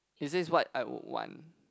it says what I would want